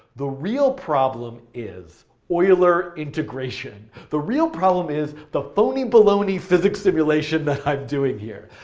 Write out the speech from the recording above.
the real problem is euler integration. the real problem is, the phony baloney physics simulation that i'm doing here.